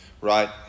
Right